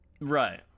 Right